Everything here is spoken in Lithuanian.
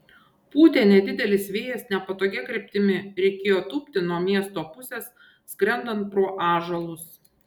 pūtė nedidelis vėjas nepatogia kryptimi reikėjo tūpti nuo miesto pusės skrendant pro ąžuolus